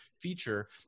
feature